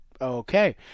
Okay